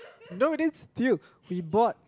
don't believe dude we bought